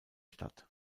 stadt